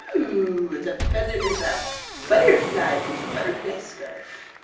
ooohhhh! it's a feather it's a butterfly, pretty butterfly scarf